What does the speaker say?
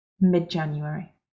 mid-January